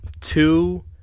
two